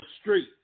street